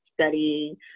studying